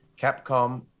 Capcom